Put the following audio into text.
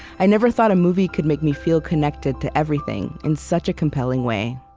i never thought a movie could make me feel connected to everything in such a compelling way.